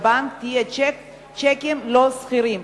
תהיה שיקים לא סחירים,